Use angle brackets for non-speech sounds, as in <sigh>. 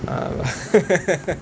um <laughs>